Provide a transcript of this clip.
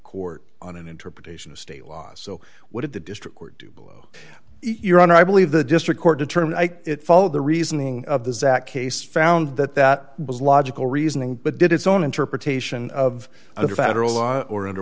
court on an interpretation of state law so would the district court do blow your honor i believe the district court determined it follow the reasoning of the zach case found that that was logical reasoning but did its own interpretation of other federal law or under